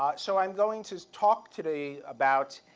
um so i'm going to talk today about